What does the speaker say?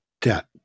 debt